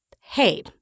hey